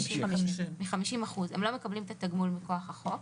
הם לא מקבלים את התגמול מכוח החוק,